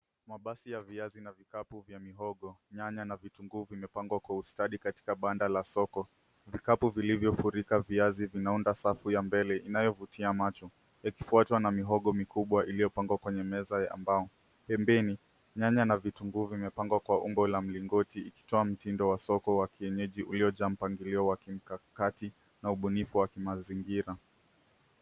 Mabasi ya viazi na vikapu vya mihogo, pamoja na nyanya na vitu vingine, vimepangwa kwa ustadi katika banda la soko. Vikapu vilivyojaa viazi vinaunda safu ya mbele inayoivutia macho. Etagi imetandikwa mihogo mikubwa iliyopangwa juu ya mbao. Pembeni, nyanya na vitu vingine vimepangwa kwa ulingo wa mlingoti, hali inayowakilisha mtindo wa soko wa kienyeji uliojaa mpangilio wa kimkakati na ubunifu wa kimazingira.